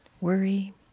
worry